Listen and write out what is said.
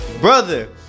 Brother